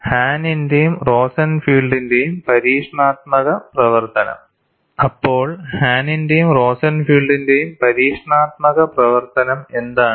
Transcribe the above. ഹാനിന്റെയും റോസൻഫീൽഡിന്റെയും പരീക്ഷണാത്മക പ്രവർത്തനം അപ്പോൾ ഹാനിന്റെയും റോസൻഫീൽഡിന്റെയും പരീക്ഷണാത്മക പ്രവർത്തനം എന്താണ്